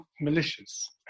malicious